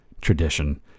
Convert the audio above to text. Tradition